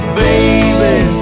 baby